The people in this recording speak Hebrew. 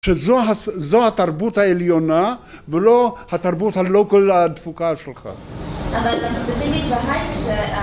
שזו התרבות העליונה ולא התרבות הלא כל הדפוקה שלך. אבל ספציפית בהייטק זה...